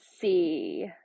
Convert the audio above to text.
see